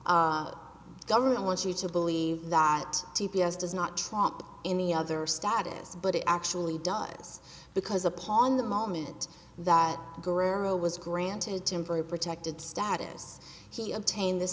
g government wants you to believe that t p s does not trump any other status but it actually does because upon the moment that guerrero was granted temporary protected status he obtained